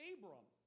Abram